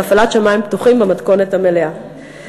והפעלת שמים פתוחים במתכונת המלאה.